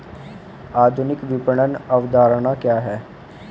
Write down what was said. आधुनिक विपणन अवधारणा क्या है?